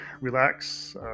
relax